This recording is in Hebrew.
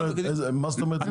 מה זאת אומרת?